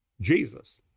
Jesus